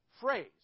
phrase